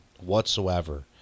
whatsoever